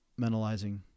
mentalizing